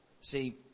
See